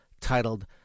titled